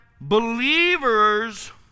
believers